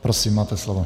Prosím, máte slovo.